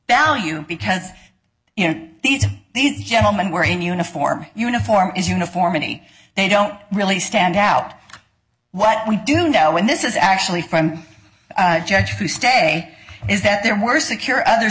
value because you know these these gentlemen were in uniform uniform is uniform any they don't really stand out what we do know when this is actually from judge to stay is that they were secure other